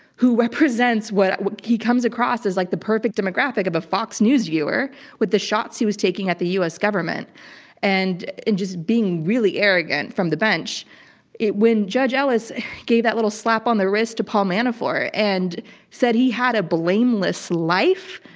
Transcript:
who represents he comes across as like the perfect demographic of a fox news viewer with the shots he was taking at the us government and and just being really arrogant from the bench when judge ellis gave that little slap on the wrist to paul manafort and said he had a blameless life,